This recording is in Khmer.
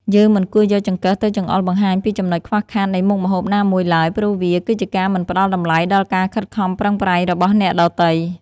យើងមិនគួរយកចង្កឹះទៅចង្អុលបង្ហាញពីចំណុចខ្វះខាតនៃមុខម្ហូបណាមួយឡើយព្រោះវាគឺជាការមិនផ្តល់តម្លៃដល់ការខិតខំប្រឹងប្រែងរបស់អ្នកដទៃ។